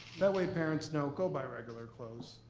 that way parents know, go buy regular clothes,